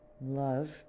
Love